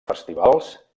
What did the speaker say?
festivals